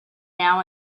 now